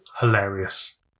hilarious